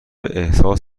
احساس